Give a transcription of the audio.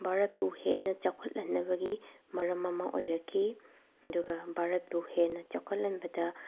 ꯚꯥꯔꯠꯄꯨ ꯍꯦꯟꯅ ꯆꯥꯎꯈꯠꯍꯟꯅꯕꯒꯤ ꯃꯔꯝ ꯑꯃ ꯑꯣꯏꯔꯛꯈꯤ ꯑꯗꯨꯒ ꯚꯥꯔꯠꯄꯨ ꯍꯦꯟꯅ ꯆꯥꯎꯈꯠꯍꯟꯕꯗ